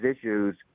issues